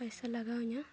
ᱯᱚᱭᱥᱟ ᱞᱟᱜᱟᱣ ᱤᱧᱟᱹ